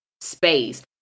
space